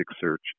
search